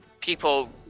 people